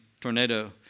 tornado